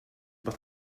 but